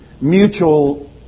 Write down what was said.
mutual